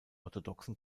orthodoxen